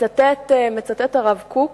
הרב קוק